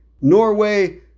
Norway